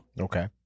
Okay